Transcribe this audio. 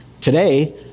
today